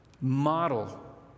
model